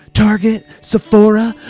target, sephora,